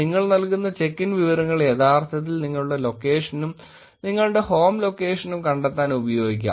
നിങ്ങൾ നൽകുന്ന check in വിവരങ്ങൾ യഥാർത്ഥത്തിൽ നിങ്ങളുടെ ലൊക്കേഷനും നിങ്ങളുടെ ഹോം ലൊക്കേഷനും കണ്ടെത്താൻ ഉപയോഗിക്കാം